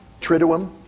triduum